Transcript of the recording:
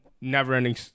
never-ending